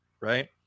Right